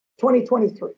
2023